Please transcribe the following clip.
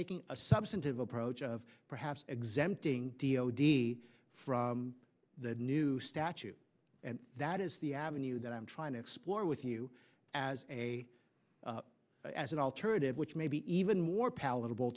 taking a substantive approach of perhaps exempting d o d from the new statute and that is the avenue that i'm trying to explore with you as a as an alternative which may be even more palatable